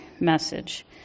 message